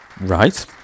Right